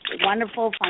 wonderful